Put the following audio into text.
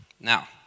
Now